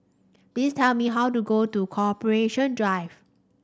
please tell me how to go to Corporation Drive